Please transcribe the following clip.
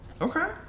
okay